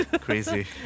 Crazy